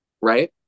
Right